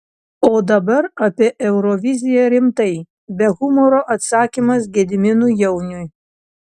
o dabar apie euroviziją rimtai be humoro atsakymas gediminui jauniui